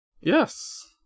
Yes